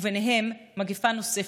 ובהם מגפה נוספת,